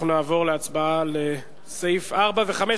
אנחנו נעבור להצבעה על סעיפים 4 ו-5.